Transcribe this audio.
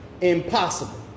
Impossible